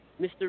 Mr